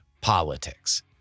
politics